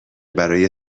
برای